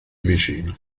vicino